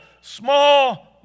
small